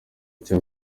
icyo